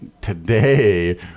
Today